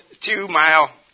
two-mile